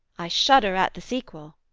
i shudder at the sequel,